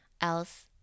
else